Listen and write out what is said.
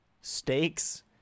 stakes